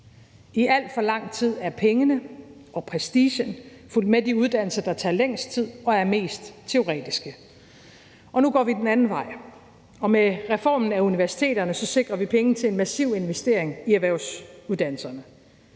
I alt for lang tid er pengene og prestigen fulgt med de uddannelser, der tager længst tid og er mest teoretiske, og nu går vi den anden vej, og med reformen af universiteterne sikrer vi penge til en massiv investering i erhvervsuddannelserne,